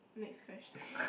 next question